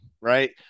right